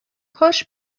کاش